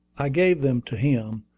i gave them to him,